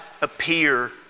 appear